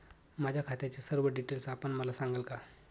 माझ्या खात्याचे सर्व डिटेल्स आपण मला सांगाल का?